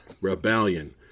Rebellion